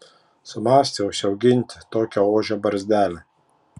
sumąstė užsiauginti tokią ožio barzdelę